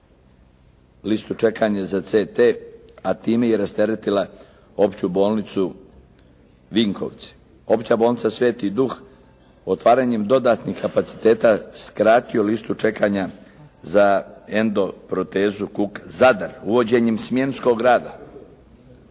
listu čekanja za CT a time i rasteretila Opću bolnicu Vinkovci. Opća bolnica Sveti Duh otvaranjem dodatnih kapaciteta skratio listu čekanja za enDoprotezu kuka. Zadar, uvođenjem smjenskog rada